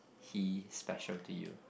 he special to you